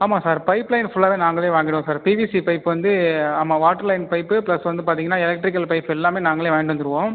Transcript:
ஆமாம் sir pipe line ஃபுல்லாகவே நாங்களே வாங்கிடுவோம் சார் பிவிசி பைப் வந்து ஆமாம் வாட்டரு லைன் பைப்பு ப்ளஸ் வந்து பாத்திங்கன்னா எலக்ட்ரிக்கல் பைப் எல்லாமே நாங்களே வாங்கிகிட்டு வந்துருவோம்